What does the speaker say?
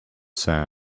sand